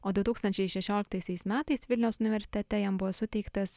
o du tūkstančiai šešioliktaisiais metais vilniaus universitete jam buvo suteiktas